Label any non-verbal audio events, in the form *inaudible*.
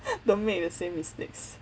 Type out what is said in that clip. *breath* don't make the same mistakes